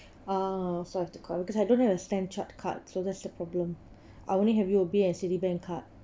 uh so I have to call because I don't have a stan chart card so that's the problem I only have U_O_B and Citibankcard